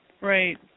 right